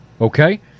Okay